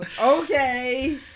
okay